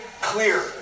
clear